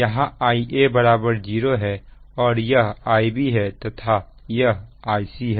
यहां Ia 0 है और यह Ib है तथा यह Ic है